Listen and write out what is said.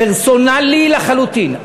פרסונלי לחלוטין.